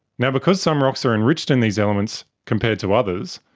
yeah because some rocks are enriched in these elements compared to others,